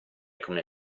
come